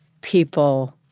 people